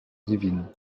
divine